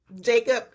Jacob